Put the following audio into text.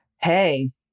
Hey